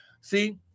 See